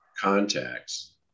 contacts